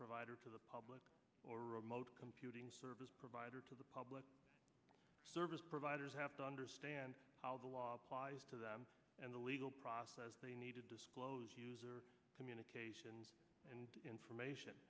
provider to the public or computing service provider to the public service providers have to understand how the law applies to them and the legal process they need to disclose communications and information